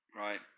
Right